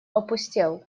опустел